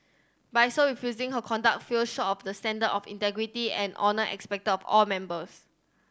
by so refusing her conduct feel short of the standard of integrity and honour expected of all members